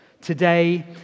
Today